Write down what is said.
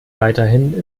weiterhin